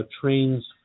trains